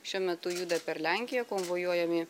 šiuo metu juda per lenkiją konvojuojami